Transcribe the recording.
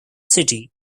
city